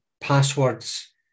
passwords